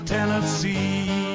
Tennessee